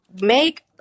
make